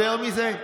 יותר מזה?